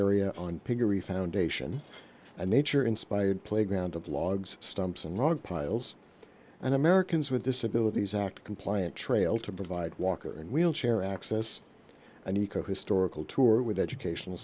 piggery foundation a nature inspired playground of logs stumps and log piles and americans with disabilities act compliant trail to provide walker and wheelchair access an eco historical tour with education